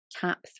tap